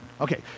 Okay